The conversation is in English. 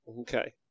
okay